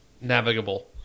navigable